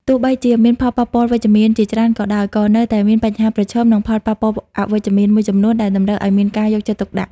ទោះបីជាមានផលប៉ះពាល់វិជ្ជមានជាច្រើនក៏ដោយ ក៏នៅតែមានបញ្ហាប្រឈម និងផលប៉ះពាល់អវិជ្ជមានមួយចំនួនដែលតម្រូវឱ្យមានការយកចិត្តទុកដាក់។